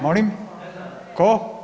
Molim, tko?